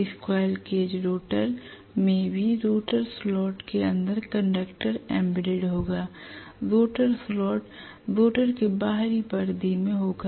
squirrel cage rotor में भी rotor slot के अंदर कंडक्टर एम्बेडेड होगा रोटर स्लॉट रोटर के बाहरी परिधि में होगा